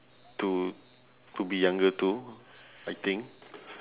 to to be younger too I think